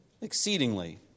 exceedingly